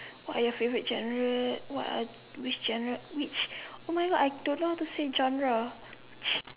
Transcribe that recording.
what are your favourite genre what are which genre which oh my God I don't know how to say genre